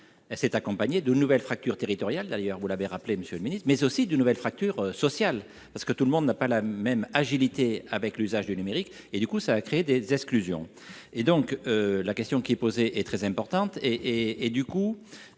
s'est accompagnée de nouvelles fractures territoriales d'ailleurs, vous l'avez rappelé monsieur le Ministre, mais aussi d'une nouvelle fracture sociale parce que tout le monde n'a pas la même agilité avec l'usage du numérique et du coup, ça crée des exclusions et donc la question qui est posée est très importante et et du coup,